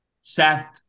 Seth